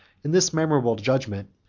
in this memorable judgment,